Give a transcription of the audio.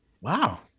Wow